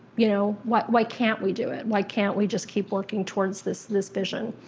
you know, why why can't we do it, why can't we just keep working towards this this vision.